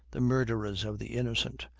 the murderers of the innocent,